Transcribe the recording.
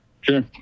sure